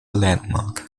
landmark